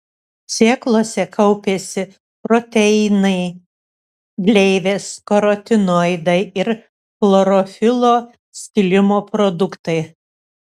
sėklose kaupiasi proteinai gleivės karotinoidai ir chlorofilo skilimo produktai